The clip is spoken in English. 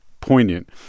poignant